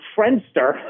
Friendster